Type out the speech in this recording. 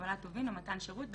הובלת טובין או מתן שירות,